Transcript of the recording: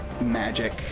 magic